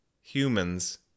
humans